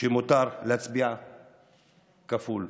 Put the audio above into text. שמותר להצביע כפול?